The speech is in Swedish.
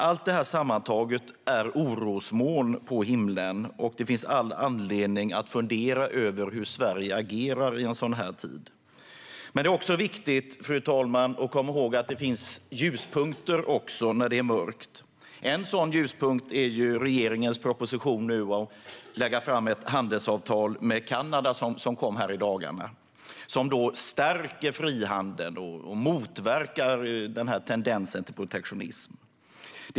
Allt detta sammantaget är orosmoln på himlen, och det finns all anledning att fundera över hur Sverige agerar i en sådan tid. Men det är också viktigt att komma ihåg att det finns ljuspunkter i mörkret. En sådan ljuspunkt är regeringens proposition om ett handelsavtal med Kanada, som kom nu i dagarna. Det stärker frihandeln och motverkar tendensen till protektionism.